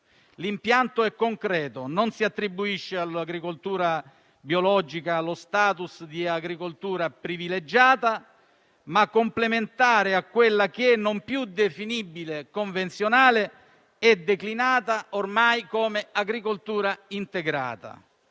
L'impianto è concreto e si attribuisce all'agricoltura biologica lo *status* di agricoltura non privilegiata, ma complementare a quella che, non più definibile convenzionale, è declinata ormai come agricoltura integrata.